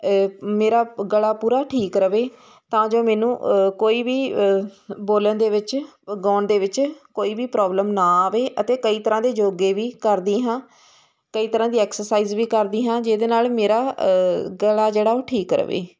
ਮੇਰਾ ਗਲਾ ਪੂਰਾ ਠੀਕ ਰਹੇ ਤਾਂ ਜੋ ਮੈਨੂੰ ਕੋਈ ਵੀ ਬੋਲਣ ਦੇ ਵਿੱਚ ਗਾਉਣ ਦੇ ਵਿੱਚ ਕੋਈ ਵੀ ਪ੍ਰੋਬਲਮ ਨਾ ਆਵੇ ਅਤੇ ਕਈ ਤਰ੍ਹਾਂ ਦੇ ਯੋਗੇ ਵੀ ਕਰਦੀ ਹਾਂ ਕਈ ਤਰ੍ਹਾਂ ਦੀ ਐਕਸਰਸਾਈਜ਼ ਵੀ ਕਰਦੀ ਹਾਂ ਜਿਹਦੇ ਨਾਲ ਮੇਰਾ ਗਲਾ ਜਿਹੜਾ ਉਹ ਠੀਕ ਰਹੇ